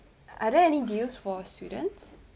are there any deals for students